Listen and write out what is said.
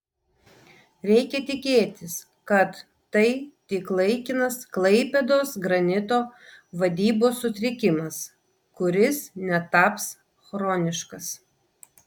reikia tikėtis kad tai tik laikinas klaipėdos granito vadybos sutrikimas kuris netaps chroniškas